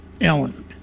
Ellen